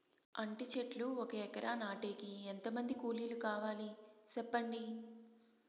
అంటి చెట్లు ఒక ఎకరా నాటేకి ఎంత మంది కూలీలు కావాలి? సెప్పండి?